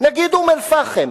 נגיד אום-אל-פחם,